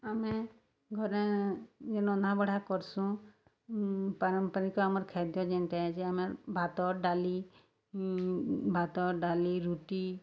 ଆମେ ଘରେ ରନ୍ଧାବଢ଼ା କର୍ସୁଁ ପାରମ୍ପରିକ ଆମର୍ ଖାଦ୍ୟ ଯେନ୍ଟା ଯେ ଆମେ ଭାତ ଡାଲି ଭାତ ଡାଲି ରୁଟି